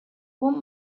want